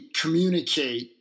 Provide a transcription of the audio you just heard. communicate